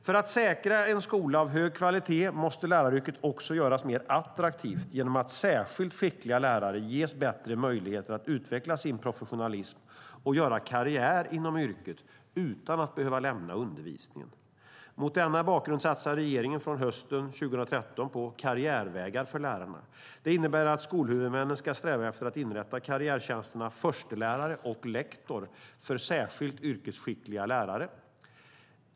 För att säkra en skola av hög kvalitet måste läraryrket också göras mer attraktivt genom att särskilt skickliga lärare ges bättre möjligheter att utveckla sin professionalism och göra karriär inom yrket utan att behöva lämna undervisningen. Mot denna bakgrund satsar regeringen från hösten 2013 på karriärvägar för lärare. Det innebär att skolhuvudmännen ska sträva efter att inrätta karriärtjänsterna förstelärare och lektor för särskilt yrkesskickliga lärare.